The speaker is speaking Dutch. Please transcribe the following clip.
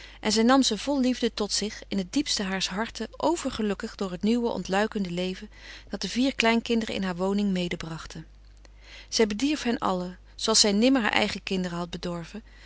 en zij nam ze vol liefde tot zich in het diepste haars harten overgelukkig door het nieuwe ontluikende leven dat de vier kleinkinderen in haar woning medebrachten zij bedierf hen allen zooals zij nimmer haar eigen kinderen had bedorven